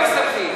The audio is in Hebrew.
נתקבלה.